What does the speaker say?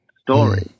story